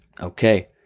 Okay